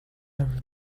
every